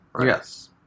Yes